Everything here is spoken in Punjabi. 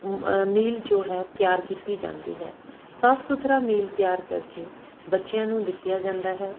ਮੀਲ ਜੋ ਹੈ ਤਿਆਰ ਕੀਤੀ ਜਾਂਦੀ ਹੈ ਸਾਫ ਸੁਥਰਾ ਮੀਲ ਤਿਆਰ ਕਰਕੇ ਬੱਚਿਆਂ ਨੂੰ ਦਿੱਤਾ ਜਾਂਦਾ ਹੈ